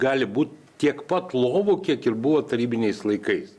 gali būt tiek pat lovų kiek ir buvo tarybiniais laikais